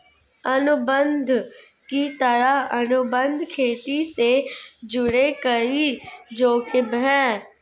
अनुबंध की तरह, अनुबंध खेती से जुड़े कई जोखिम है